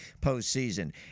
postseason